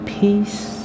peace